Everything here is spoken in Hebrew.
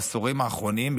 בעשורים האחרונים,